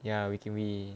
ya we can we